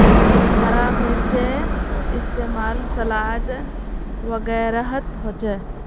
हरा मिर्चै इस्तेमाल सलाद वगैरहत होचे